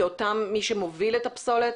כאותם מי שמוביל את הפסולת?